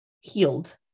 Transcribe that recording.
healed